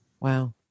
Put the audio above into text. Wow